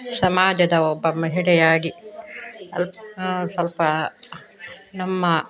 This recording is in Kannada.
ಸಮಾಜದ ಒಬ್ಬ ಮಹಿಳೆಯಾಗಿ ಅದು ಸ್ವಲ್ಪ ನಮ್ಮ